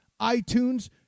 iTunes